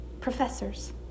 professors